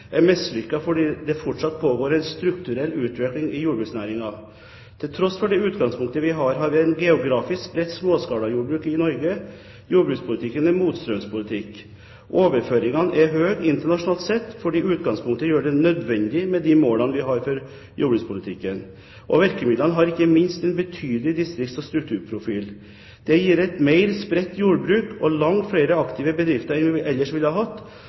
fordi det fortsatt pågår en strukturell utvikling i jordbruksnæringen. Til tross for det utgangspunktet vi har, har vi et geografisk spredt småskalajordbruk i Norge. Jordbrukspolitikken er motstrømspolitikk. Overføringene er høye internasjonalt sett fordi utgangspunktet gjør det nødvendig med de målene vi har for jordbrukspolitikken. Og virkemidlene har ikke minst en betydelig distrikts- og strukturprofil. Det gir et mer spredt jordbruk og langt flere aktive bedrifter enn vi ellers ville hatt, og ikke minst langt flere enn vi ville hatt